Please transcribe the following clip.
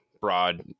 broad